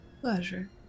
Pleasure